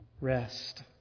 rest